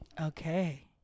Okay